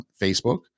Facebook